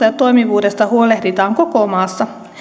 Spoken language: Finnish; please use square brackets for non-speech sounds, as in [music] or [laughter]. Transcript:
[unintelligible] ja toimivuudesta huolehditaan koko maassa